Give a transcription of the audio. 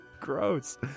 Gross